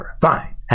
Fine